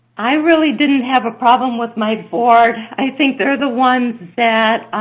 i really didn't have a problem with my board. i think they're the ones that